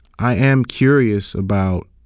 i am curious about,